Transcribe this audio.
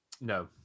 No